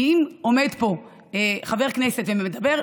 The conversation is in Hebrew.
כי אם עומד פה חבר כנסת ומדבר,